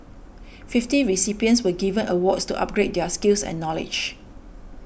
fifty recipients were given awards to upgrade their skills and knowledge